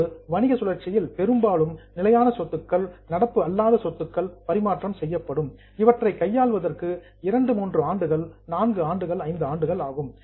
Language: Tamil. ஒரு வணிக சுழற்சியில் பெரும்பாலும் பிக்ஸட் ஆசெட்ஸ் நிலையான சொத்துக்கள் நான் கரண்ட் ஆசெட்ஸ் நடப்பு அல்லாத சொத்துக்கள் எக்ஸ்சேஞ்ச் பரிமாற்றம் செய்யப்படும் இவற்றை கையாள்வதற்கு இரண்டு மூன்று ஆண்டுகள் நான்கு ஆண்டுகள் ஐந்து ஆண்டுகள் ஆகும்